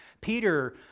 Peter